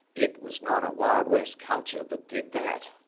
it was not a wild west culture that did that.